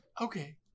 Okay